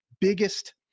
biggest